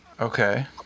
Okay